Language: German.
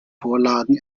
vorlagen